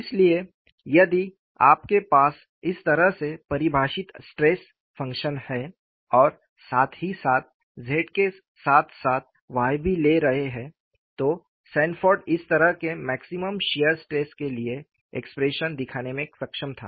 इसलिए यदि आपके पास इस तरह से परिभाषित स्ट्रेस फंक्शन हैं और साथ ही साथ Z के साथ साथ Y भी ले रहे हैं तो सैनफोर्ड इस तरह के मैक्सिमम शियर स्ट्रेस के लिए एक्सप्रेशन दिखाने में सक्षम था